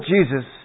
Jesus